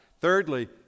Thirdly